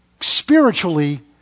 spiritually